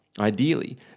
Ideally